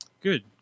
Good